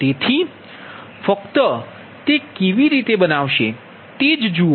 તેથી ફક્ત તે કેવી રીતે બનાવશે તે જુઓ